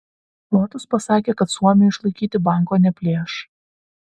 lotus pasakė kad suomiui išlaikyti banko neplėš